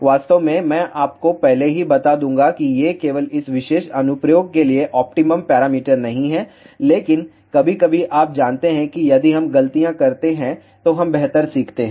वास्तव में मैं आपको पहले ही बता दूंगा कि ये केवल इस विशेष अनुप्रयोग के लिए ऑप्टिमम पैरामीटर नहीं हैं लेकिन कभी कभी आप जानते हैं कि यदि हम गलतियाँ करते हैं तो हम बेहतर सीखते हैं